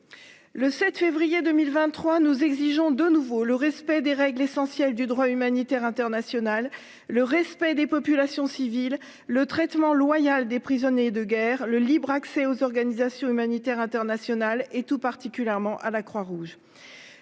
Le 7 février 2023. Nous exigeons de nouveau le respect des règles essentielles du droit humanitaire international. Le respect des populations civiles. Le traitement loyal des prisonniers de guerre le libre accès aux organisations humanitaires internationales et tout particulièrement à la Croix-Rouge.